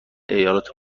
ایالات